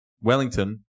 Wellington